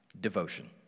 devotion